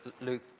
Luke